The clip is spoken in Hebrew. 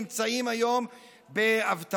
נמצאים היום באבטלה,